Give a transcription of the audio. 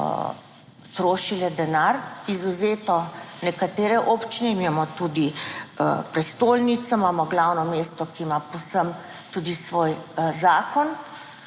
trošile denar. Izvzeto nekatere občine. Mi imamo tudi prestolnico, imamo glavno mesto, ki ima povsem tudi svoj zakon,